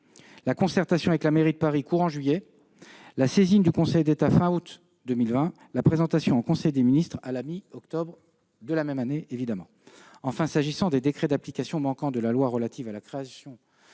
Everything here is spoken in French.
la concertation avec la mairie de Paris courant juillet, la saisine du Conseil d'État fin août 2020, enfin la présentation en conseil des ministres à la mi-octobre de la même année. Le premier décret d'application manquant de la loi relative à la création